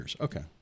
Okay